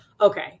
Okay